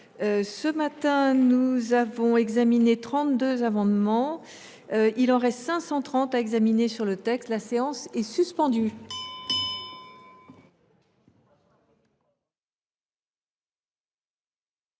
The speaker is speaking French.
ce matin nous avons examiné 32 amendements. Il en reste 530 à examiner sur le texte. Nous allons maintenant